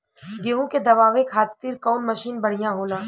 गेहूँ के दवावे खातिर कउन मशीन बढ़िया होला?